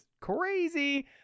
crazy